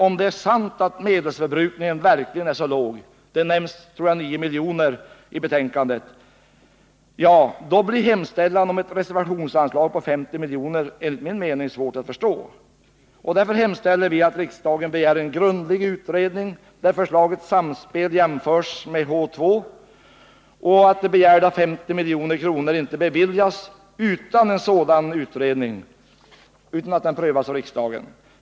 Om det är sant att medelsförbrukningen verkligen är så låg - jag tror att siffran 9 milj.kr. nämns i betänkandet — då är det enligt min mening svårt att förstå hemställan om ett reservationsanslag på 50 milj.kr. Därför hemställer vi att riksdagen begär en grundlig utredning, där förslaget Samspel jämförs med H 2 samt att de begärda 50 miljonerna inte beviljas utan att ärendet prövats av riksdagen.